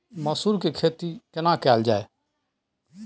मसूर के खेती केना कैल जाय?